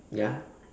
ya